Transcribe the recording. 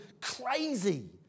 crazy